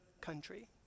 country